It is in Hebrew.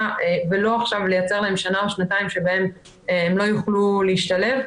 ולא עכשיו לייצר להם שנה או שנתיים שבהם הם לא יוכלו להשתלב,